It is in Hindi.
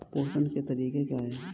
प्रेषण के तरीके क्या हैं?